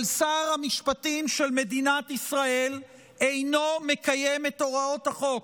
אבל שר המשפטים של מדינת ישראל אינו מקיים את הוראות החוק,